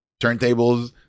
turntables